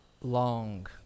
long